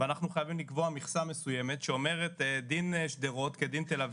ואנחנו חייבים לקבוע מכסה מסוימת שאומרת שדין שדרות כדין תל אביב,